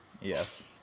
Yes